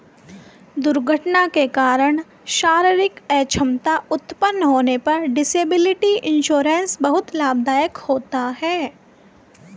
दुर्घटना के कारण शारीरिक अक्षमता उत्पन्न होने पर डिसेबिलिटी इंश्योरेंस बहुत लाभदायक होता है